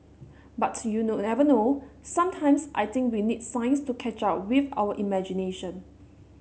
but you never know sometimes I think we need science to catch up with our imagination